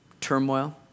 turmoil